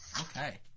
Okay